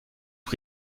aux